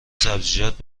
سبزیجات